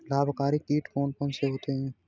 लाभकारी कीट कौन कौन से होते हैं?